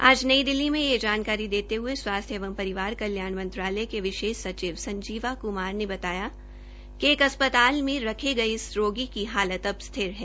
आज नई दिल्ली में ये जानकारी देते हये स्वास्थ्य एवं परिवार कल्याण मंत्रालय के विशेष सचिव संजीवा कुमार ने बताया कि एक अस्पताल में रखे गये इस रोगी की हालत अब स्थिर है